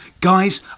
Guys